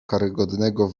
karygodnego